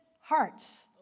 hearts